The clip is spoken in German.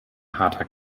harter